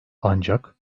ancak